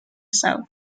south